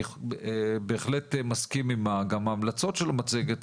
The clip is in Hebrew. אני בהחלט מסכים גם עם ההמלצות של המצגת,